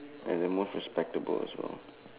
and the most respectable as well